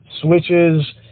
switches